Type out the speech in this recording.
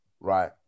right